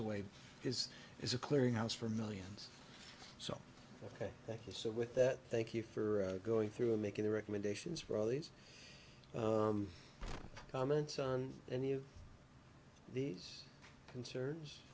away is is a clearinghouse for millions so ok thank you so with that thank you for going through and making the recommendations for all these comments on any of these concerns